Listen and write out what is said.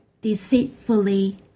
deceitfully